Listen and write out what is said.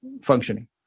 functioning